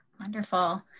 Wonderful